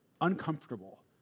uncomfortable